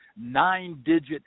nine-digit